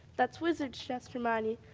that's wizard's chess, hermione,